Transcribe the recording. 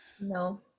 No